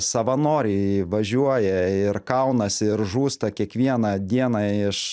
savanoriai važiuoja ir kaunas ir žūsta kiekvieną dieną iš